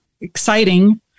exciting